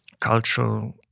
cultural